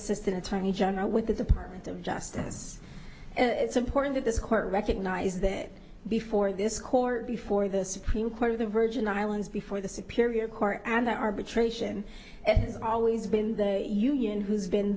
assistant attorney general with the department of justice and it's important to this court recognize that before this court before the supreme court of the virgin islands before the superior court and the arbitration it has always been the union who's been